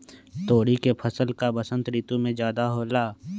तोरी के फसल का बसंत ऋतु में ज्यादा होला?